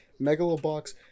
megalobox